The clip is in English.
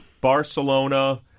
Barcelona